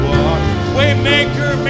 Waymaker